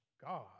God